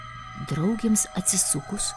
draugėms atsisukus